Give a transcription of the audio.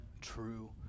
true